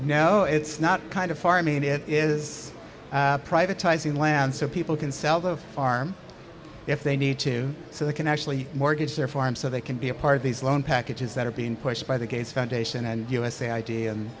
no it's not kind of farming it is privatizing land so people can sell the farm if they need to so they can actually mortgage their farm so they can be a part of these loan packages that are being pushed by the gates foundation and usa id and